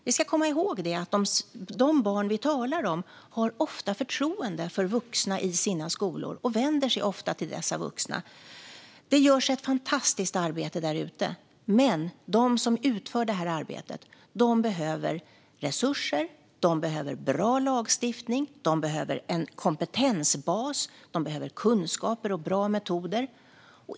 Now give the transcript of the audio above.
Vi ska komma ihåg att de barn vi talar om ofta har förtroende för vuxna i sina skolor och att de ofta vänder sig till dessa vuxna. Det görs ett fantastiskt arbete där ute, men de som utför detta arbete behöver resurser. De behöver bra lagstiftning och en kompetensbas. De behöver kunskaper och bra metoder.